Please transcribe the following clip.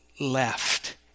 left